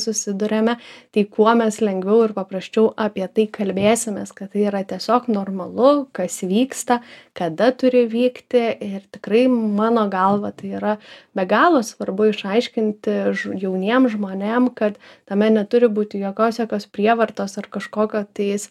susiduriame tai kuo mes lengviau ir paprasčiau apie tai kalbėsimės kad tai yra tiesiog normalu kas vyksta kada turi vykti ir tikrai mano galva tai yra be galo svarbu išaiškinti jauniem žmonėm kad tame neturi būti jokios jokios prievartos ar kažkokio tais